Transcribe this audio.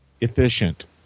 efficient